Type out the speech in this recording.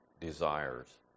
desires